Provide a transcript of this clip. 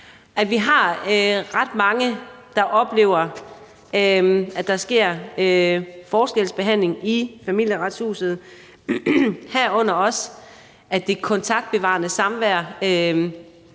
der er ret mange, der oplever, at der sker forskelsbehandling i Familieretshuset, herunder at der ikke bliver